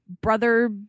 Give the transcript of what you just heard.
brother